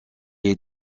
est